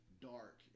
dark